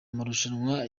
amarushanwa